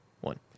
one